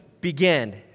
began